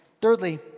Thirdly